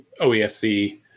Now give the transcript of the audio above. OESC